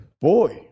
boy